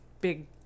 big